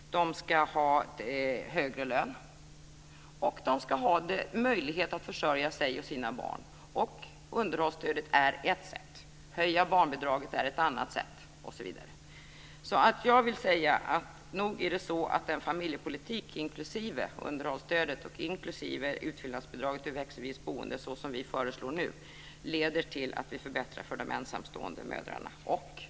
De ska ha högre lön och de ska ha möjlighet att försörja sig och sina barn. Underhållsstödet är ett sätt, att höja barnbidraget är ett annat. Nog är det så att en familjepolitik inklusive underhållsstöd och utfyllnadsbidrag vid växelvis boende så som vi nu föreslår leder till att vi förbättrar för de ensamstående mödrarna och fäderna.